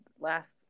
last